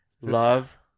love